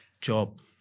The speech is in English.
job